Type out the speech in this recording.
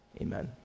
Amen